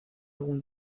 algún